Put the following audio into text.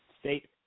state